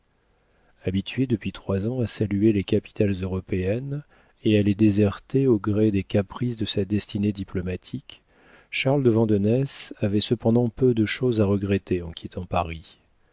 habitué depuis trois ans à saluer les capitales européennes et à les déserter au gré des caprices de sa destinée diplomatique charles de vandenesse avait cependant peu de chose à regretter en quittant paris